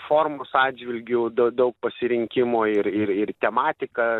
formos atžvilgiu daug pasirinkimo ir ir ir tematika